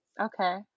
Okay